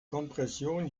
kompression